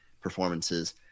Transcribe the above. performances